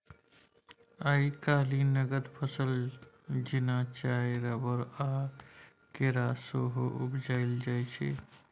आइ काल्हि नगद फसल जेना चाय, रबर आ केरा सेहो उपजाएल जा रहल छै